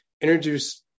introduce